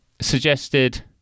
Suggested